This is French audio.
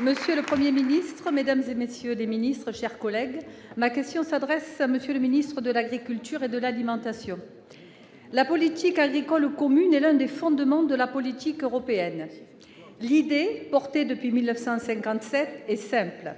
monsieur le Premier ministre, mesdames, messieurs les ministres, mes chers collègues, ma question s'adresse à M. le ministre de l'agriculture et de l'alimentation. La politique agricole commune est l'un des fondements de la politique européenne. L'idée, portée depuis 1957, est simple.